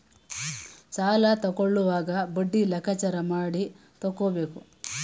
ಸಾಲ ತಕ್ಕೊಳ್ಳೋವಾಗ ಬಡ್ಡಿ ಲೆಕ್ಕಾಚಾರ ಮಾಡಿ ತಕ್ಕೊಬೇಕು